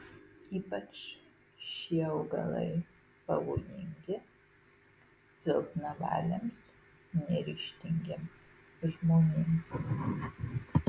ypač šie augalai pavojingi silpnavaliams neryžtingiems žmonėms